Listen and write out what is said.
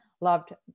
loved